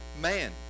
man